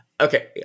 okay